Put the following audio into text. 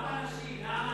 ארבע נשים.